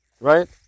right